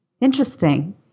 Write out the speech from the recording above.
Interesting